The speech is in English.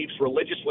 religiously